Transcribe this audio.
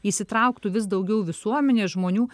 įsitrauktų vis daugiau visuomenės žmonių